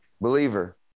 believer